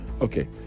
Okay